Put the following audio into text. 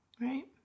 Right